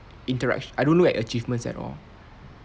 interact~ I don't look at achievements at all